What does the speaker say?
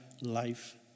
life